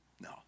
no